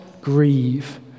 grieve